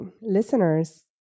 listeners